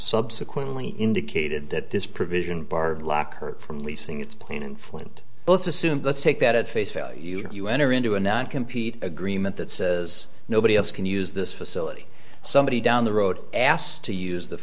subsequently indicated that this provision bar block her from leasing its plane and flint both assume let's take that at face value you enter into a not compete agreement that says nobody else can use this facility somebody down the road asked to use the